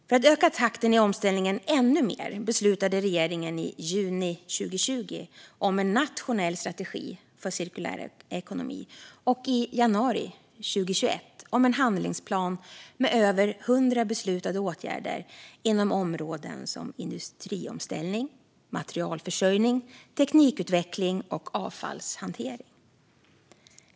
För att öka takten i omställningen ännu mer beslutade regeringen i juni 2020 om en nationell strategi för cirkulär ekonomi och i januari 2021 om en handlingsplan med över 100 beslutade åtgärder inom områden som industriomställning, materialförsörjning, teknikutveckling och avfallshantering.